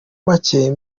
make